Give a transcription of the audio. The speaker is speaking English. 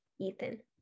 Ethan